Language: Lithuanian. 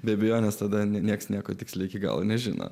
be abejonės tada niekas nieko tiksliai iki galo nežino